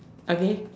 okay